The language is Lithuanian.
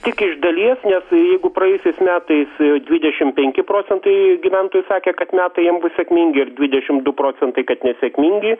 tik iš dalies nes jeigu praėjusiais metais dvidešim penki procentai gyventojų sakė kad metai jiem bus sėkmingi ir dvidešim du procentai kad nesėkmingi